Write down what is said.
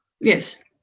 Yes